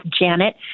Janet